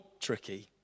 tricky